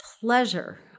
pleasure